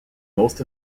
most